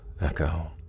echo